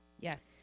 Yes